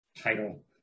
title